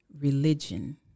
religion